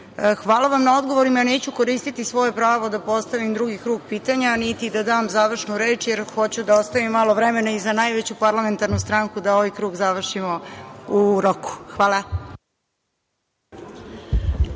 važno. Hvala vam na odgovorima, neću koristiti svoje pravo da postavim drugi krug pitanja, niti da dam završnu reč, jer hoću da ostavim malo vremena i za najveću parlamentarnu stranku da ovaj krug završimo u roku. Hvala.